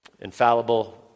infallible